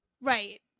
right